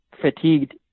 fatigued